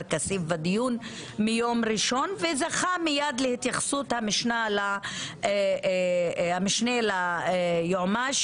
כסיף בדיון מיום ראשון וזכה מיד להתייחסות המשנה ליועמ"ש,